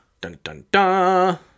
Dun-dun-dun